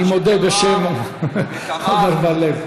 אני מודה בשם עמר בר-לב.